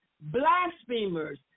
blasphemers